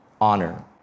honor